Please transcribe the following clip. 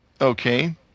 Okay